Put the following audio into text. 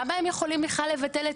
למה הם יכולים בכלל לבטל?